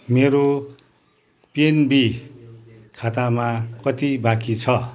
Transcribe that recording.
मेरो पिएनबी खातामा कति बाँकी छ